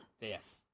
Yes